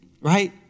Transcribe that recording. right